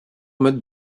mode